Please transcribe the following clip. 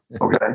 Okay